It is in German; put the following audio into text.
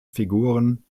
figuren